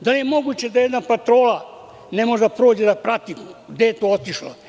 Da li je moguće da jedna patrola ne moće da prođe da prati gde je to otišlo?